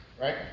right